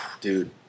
Dude